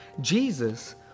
Jesus